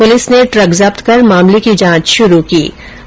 police ने truck जब्त कर मामले की जांच शुरू कर दी है